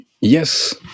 Yes